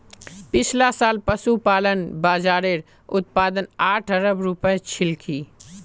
पिछला साल पशुपालन बाज़ारेर उत्पाद आठ अरब रूपया छिलकी